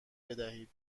بدهید